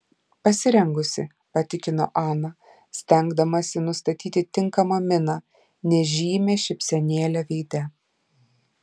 pasirengusi patikino ana stengdamasi nustatyti tinkamą miną nežymią šypsenėlę veide